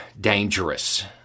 dangerous